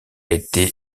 été